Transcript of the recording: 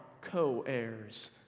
co-heirs